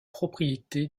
propriété